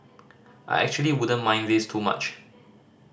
I actually wouldn't mind this too much